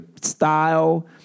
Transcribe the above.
Style